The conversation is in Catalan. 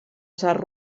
tsar